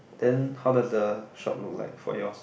then how does the shop look like for yours